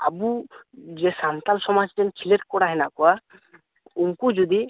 ᱟᱵᱚ ᱡᱮ ᱥᱟᱱᱛᱟᱲ ᱥᱚᱢᱟᱡᱽ ᱨᱮᱱ ᱥᱤᱞᱮᱠᱴ ᱠᱚᱲᱟ ᱦᱮᱱᱟᱜ ᱠᱚᱣᱟ ᱩᱱᱠᱩ ᱡᱚᱫᱤ